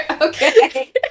Okay